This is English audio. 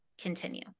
Continue